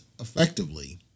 effectively